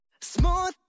Smooth